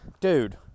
dude